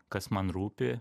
kas man rūpi